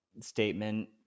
statement